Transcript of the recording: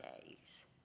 days